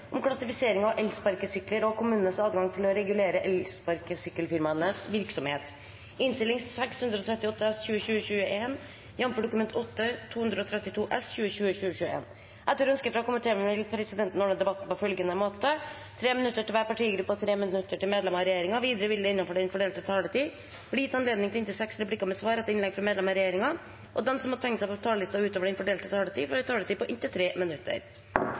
vil presidenten ordne debatten slik: 3 minutter til hver partigruppe og 3 minutter til medlemmer av regjeringen. Videre vil det – innenfor den fordelte taletid – bli gitt anledning til inntil seks replikker med svar etter innlegg fra medlemmer av regjeringen, og de som måtte tegne seg på talerlisten utover den fordelte taletid, får også en taletid på inntil 3 minutter.